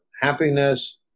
happiness